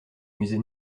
musée